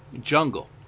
Jungle